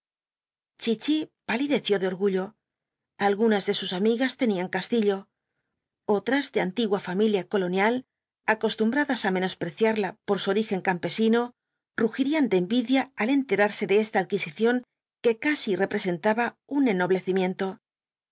chichi palideció de orgullo algunas de sus amigas tenían castillo otras de antigua familia colonial acostumbradas á menospreciarla por su origen campesino rugirían de envidia al enterarse de esta adquisición que casi representaba un